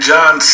John